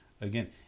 again